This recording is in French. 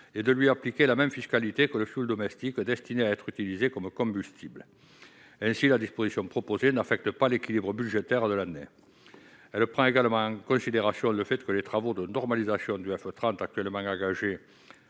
et à lui appliquer la même fiscalité que le fioul domestique destiné à être utilisé comme combustible. Ainsi, la disposition proposée n'affecte pas l'équilibre budgétaire de l'année. Elle prend également en considération le fait que les travaux de normalisation du F30, actuellement engagés